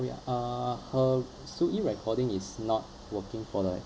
we uh her soo ee recording is not working for like